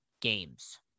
games